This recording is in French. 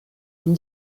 une